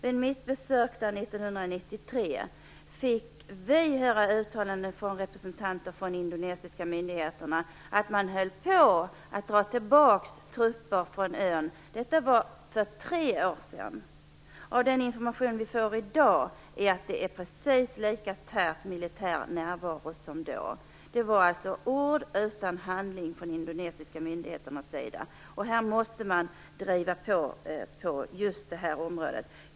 Vid mitt besök där 1993 fick vi höra uttalanden från representanter för de indonesiska myndigheterna om att man höll på att dra tillbaka trupper från ön. Detta var för tre år sedan. Den information vi får i dag är att det är precis lika tät militär närvaro nu som då. Det var alltså ord utan handling från de indonesiska myndigheternas sida. Här måste man driva på just på det här området.